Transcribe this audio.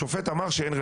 השופט אמר שאין ראיות,